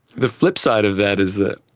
the flip side of that is that